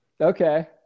Okay